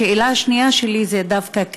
השאלה השנייה שלי היא דווקא,